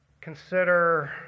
Consider